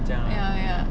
ya ya